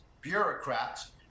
bureaucrats